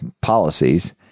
policies